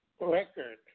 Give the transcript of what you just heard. record